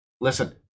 Listen